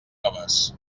cabàs